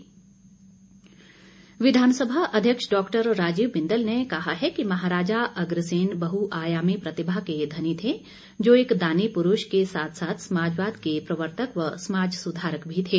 बिंदल विधानसभा अध्यक्ष डॉ राजीव बिंदल ने कहा है कि महाराजा अग्रसेन बहुआयामी प्रतिभा के धनी थे जो एक दानी पुरुष के साथ साथ समाजवाद के प्रवर्तक व समाज सुधारक भी थे